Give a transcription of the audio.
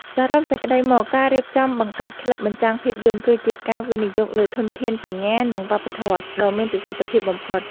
សរុបសេចក្ដីមក ការរៀបចំបង្កើតក្លឹបបញ្ចាំងភាពយន្ត គឺជាការវិនិយោគលើ ធនធានបញ្ញា និងវប្បធម៌ ដ៏មានប្រសិទ្ធភាពបំផុត។